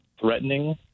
threatening